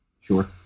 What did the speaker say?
Sure